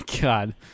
God